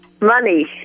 money